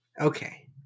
Okay